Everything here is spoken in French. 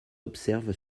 observe